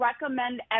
recommend